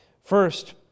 First